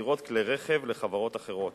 המשכירות כלי רכב לחברות אחרות